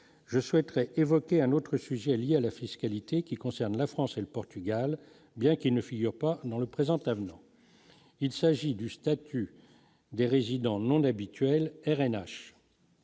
je souhaiterais évoquer un autre sujet lié à la fiscalité, qui concerne la France et le Portugal, bien qu'il ne figure pas dans le président afghan, il s'agit du statut des résidents non habituel RN H.